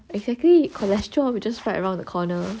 exactly cholesterol hor we just fry around the corner